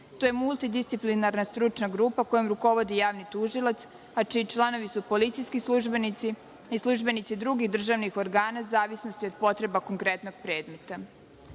To je multidisciplinarna stručna grupa kojom rukovodi javni tužilac, a čiji članovi su policijski službenici, službenici drugih državnih organa u zavisnosti od potreba konkretnog